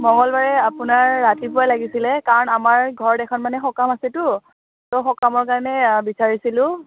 মঙলবাৰে আপোনাৰ ৰাতিপুৱা লাগিছিলে কাৰণ আমাৰ ঘৰত এখন মানে সকাম আছেতো ত' সকামৰ কাৰণে বিচাৰিছিলোঁ